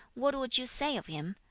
what would you say of him?